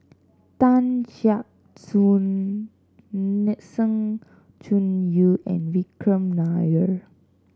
Tan Gek Suan Sng Choon Yee and Vikram Nair